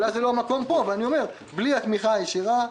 אולי זה לא המקום, אבל בלי התמיכה הישירה,